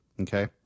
okay